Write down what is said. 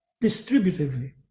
distributively